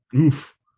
Oof